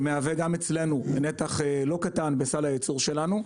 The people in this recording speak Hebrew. שמהווה גם אצלנו נתח לא קטן בסל הייצור שלנו,